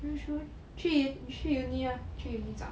you should 去 uni lah 去 uni 找